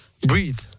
breathe